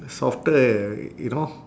softer you know